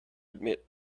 admit